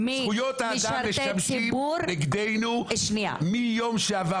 זכויות האדם משמשים נגדנו מיום שעבר